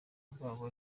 rwabo